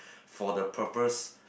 for the purpose